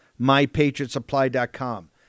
MyPatriotSupply.com